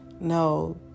no